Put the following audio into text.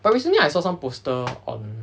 but recently I saw some poster on